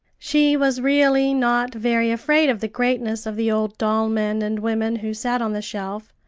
she was really not very afraid of the greatness of the old doll men and women who sat on the shelf,